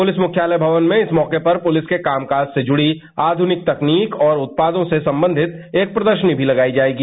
police मुख्यालय भवन में इस मौके पर पुलिस के कामकाज से जुड़ी आधनिक तकनीक और उत्पादों से संबंधित एक प्रदर्शनी भी लगाई जायेगी